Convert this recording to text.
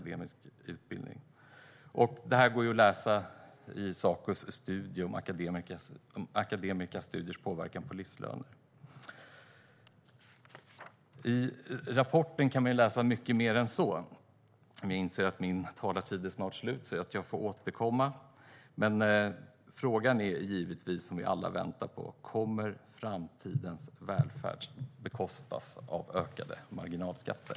Detta går att läsa i Sacos studie om akademiska studiers påverkan på livslöner. I rapporten kan man läsa mycket mer än så. Jag inser att min talartid snart är slut, så jag får återkomma. Men frågan som vi alla väntar på svaret på är givetvis: Kommer framtidens välfärd att bekostas genom ökade marginalskatter?